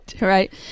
right